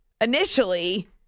initially